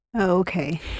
Okay